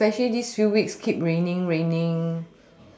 especially these few weeks keep raining raining